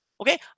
Okay